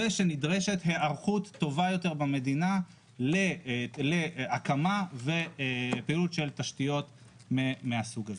ושנדרשת היערכות טובה יותר במדינה להקמה ולפעילות של תשתיות מהסוג הזה.